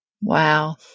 Wow